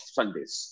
Sundays